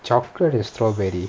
chocolate and strawberry